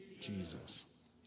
Jesus